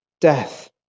death